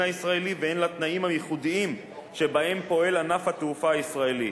הישראלי והן לתנאים הייחודיים שבהם פועל ענף התעופה הישראלי,